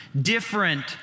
Different